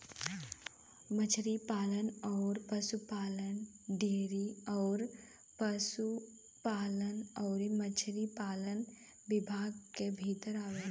मछरी पालन अउर पसुपालन डेयरी अउर पसुपालन अउरी मछरी पालन विभाग के भीतर आवेला